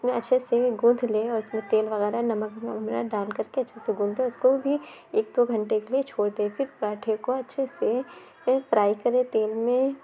میں اچھے سے گوندھ لے اور اُس میں تیل وغیرہ نمک وغیرہ ڈال کر کے اچھے سے گوندھے اِس کو بھی ایک دو گھنٹے کے لیے چھوڑ دے پھر پراٹھے کو اچھے سے پھر فرائی کرے تیل میں